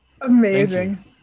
Amazing